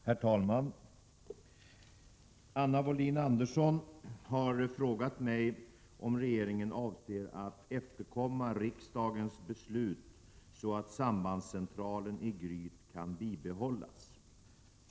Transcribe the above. Herr talman! Anna Wohlin-Andersson har frågat mig om regeringen avser att efterkomma riksdagens beslut så att sambandscentralen i Gryt kan bibehållas.